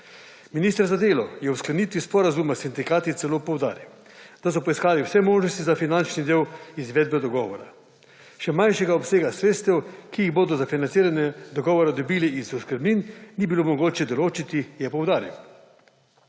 Minister za delo je ob sklenitvi sporazuma s sindikati celo poudaril, da so poiskali vse možnosti za finančni del izvedbe dogovora. Še manjšega obsega sredstev, ki jih bodo za financiranje dogovora dobili iz oskrbnin, ni bilo mogoče določiti je poudaril.